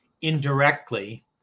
indirectly